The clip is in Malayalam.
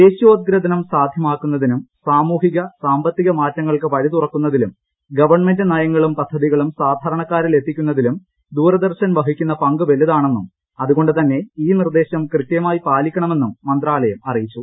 ദേശീയോദ്ഗ്രഥനം സാധ്യമാക്കുന്നതിനും സാമൂഹിക സാമ്പത്തിക മാറ്റങ്ങൾക്ക് വഴിതുറക്കുന്നതിലും ഗവൺമെന്റ് നയങ്ങളും പദ്ധതികളും സാധാരണക്കാരിൽ എത്തിക്കുന്നതിലും ദൂരദർശൻ വഹിക്കുന്ന പങ്ക് വലുതാണെന്നും അതുകൊണ്ട് തന്നെ ഈ നിർദ്ദേശം കൃത്യമായി പാലിക്കണമെന്നും മന്ത്രാലയം അറിയിച്ചു